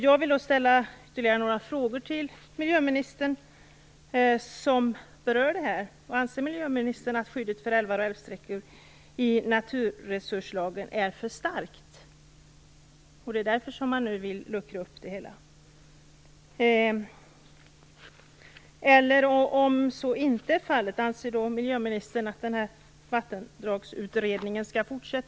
Jag vill ställa ytterligare några frågor till miljöministern som berör detta. Anser miljöministern att skyddet för älvar och älvsträckor i naturresurslagen är för starkt? Är det därför man nu vill luckra upp skyddet? Om så inte är fallet: Anser miljöministern att